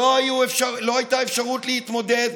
לא הייתה אפשרות להתמודד.